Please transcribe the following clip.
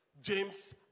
James